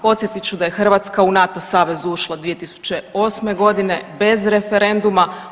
Podsjetit ću da je Hrvatska u NATO savez ušla 2008. godine bez referenduma.